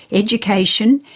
education,